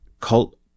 cult